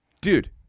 Dude